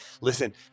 listen